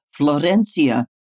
Florencia